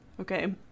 Okay